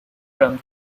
from